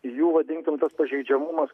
jų vadinkim pažeidžiamumas